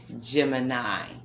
Gemini